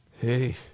Hey